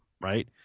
right